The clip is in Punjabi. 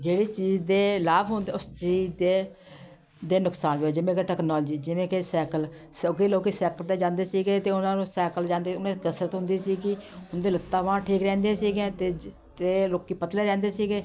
ਜਿਹੜੀ ਚੀਜ਼ ਦੇ ਲਾਭ ਹੁੰਦੇ ਉਸ ਚੀਜ਼ ਦੇ ਦੇ ਨੁਕਸਾਨ ਵੀ ਹੁੰਦੇ ਜਿਵੇਂ ਕਿ ਟਕਨੌਲਜੀ ਜਿਵੇਂ ਕਿ ਸੈਕਲ ਸਗੋਂ ਕਿ ਲੋਕ ਸੈਕਲ 'ਤੇ ਜਾਂਦੇ ਸੀਗੇ ਤਾਂ ਉਨ੍ਹਾਂ ਨੂੰ ਸੈਕਲ ਜਾਂਦੇ ਉਨ੍ਹਾਂ ਦੀ ਕਸਰਤ ਹੁੰਦੀ ਸੀਗੀ ਉਨ੍ਹਾਂ ਦੀ ਲੱਤਾਂ ਬਾਹਾਂ ਠੀਕ ਰਹਿੰਦੀਆਂ ਸੀਗੀਆਂ ਅਤੇ ਅਤੇ ਲੋਕ ਪਤਲੇ ਰਹਿੰਦੇ ਸੀਗੇ